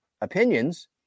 opinions